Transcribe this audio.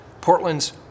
Portland's